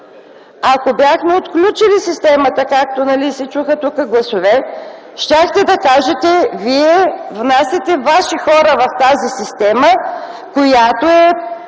Ако бяхме отключили системата, както се чуха тук гласове, щяхте да кажете – вие внасяте ваши хора в тази система, която е